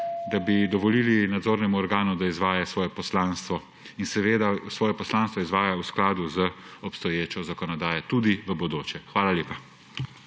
da bi dovolili nadzornemu organu, da izvaja svoje poslanstvo in seveda svoje poslanstvo izvaja v skladu z obstoječo zakonodajo tudi v bodoče. Hvala lepa.